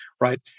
right